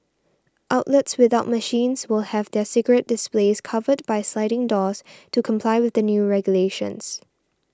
outlets without machines will have their cigarette displays covered by sliding doors to comply with the new regulations